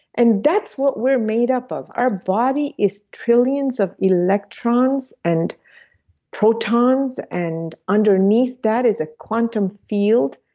and that's what we're made up of. our body is trillions of electrons and protons and underneath that is a quantum field,